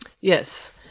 Yes